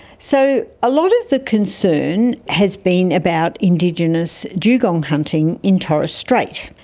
so a lot of the concern has been about indigenous dugong hunting in torres strait.